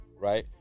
right